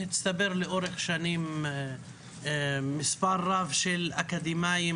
הצטבר לאורך שנים מספר רב של אקדמאים